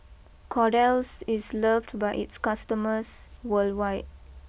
Kordel's is loved by its customers worldwide